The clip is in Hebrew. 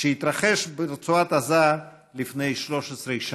שהתרחש ברצועת עזה לפני 13 שנים.